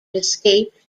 escaped